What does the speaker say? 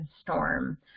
storm